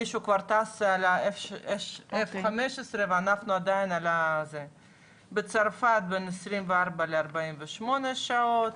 מישהו כבר טס על האף- 15 ואנחנו עדיין על ה בצרפת בין 24 ל-48 שעות